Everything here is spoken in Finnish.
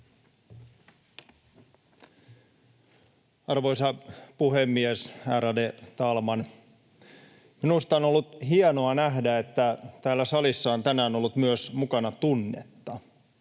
Arvoisa puhemies, ärade talman! Minusta on ollut hienoa nähdä, että täällä salissa on tänään ollut mukana myös tunnetta.